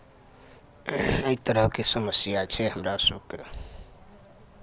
एहि तरहक समस्या छै हमरा सभकेँ